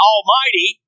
Almighty